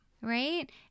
right